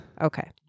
Okay